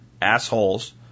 assholes